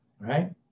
Right